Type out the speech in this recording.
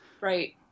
Right